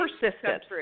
persistence